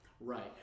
Right